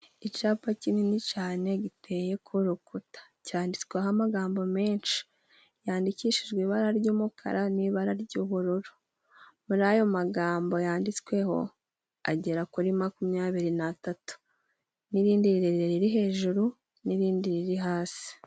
Icyapa kinini cyane giteye ku rukuta cyanditsweho amagambo menshi, yandikishijwe ibara ry'umukara, n' ibara ry'ubururu . Muri ayo magambo yanditsweho agera kuri makumyabiri n'atatu, n'irindi rirerire riri hejuru, n'irindi riri hasi.